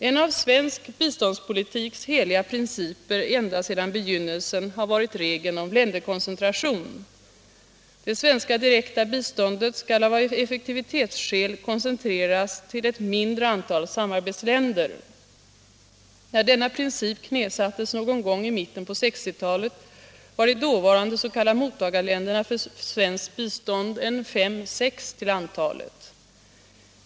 En av svensk biståndspolitiks heliga principer ända sedan begynnelsen har varit regeln om länderkoncentration. Det svenska direkta biståndet skall av effektivitetsskäl koncentreras till ett mindre antal samarbetsländer. När denna princip knäsattes någon gång i mitten på 1960-talet var de dåvarande s.k. mottagarländerna för svenskt bistånd fem eller sex till antalet.